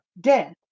death